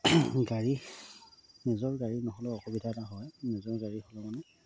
গাড়ী নিজৰ গাড়ী নহ'লেও অসুবিধা এটা হয় নিজৰ গাড়ী হ'লে মানে